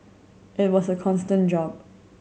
it was a constant job